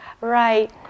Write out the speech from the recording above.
right